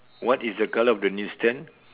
what is the colour of the news stand